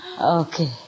Okay